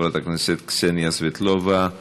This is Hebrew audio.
חברת הכנסת קסניה סבטלובה.